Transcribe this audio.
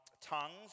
Tongues